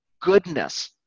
goodness